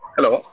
Hello